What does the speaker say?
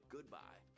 Goodbye